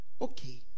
Okay